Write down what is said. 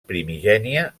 primigènia